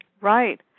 Right